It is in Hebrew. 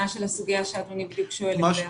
של הסוגיה שאדוני בדיוק שואל עליה.